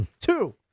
Two